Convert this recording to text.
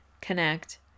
connect